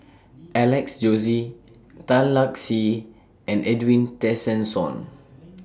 Alex Josey Tan Lark Sye and Edwin Tessensohn